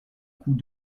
coup